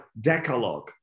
decalogue